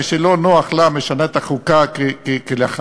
כשלא נוח לה משנה את החוקה כלאחר-יד.